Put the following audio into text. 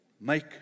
make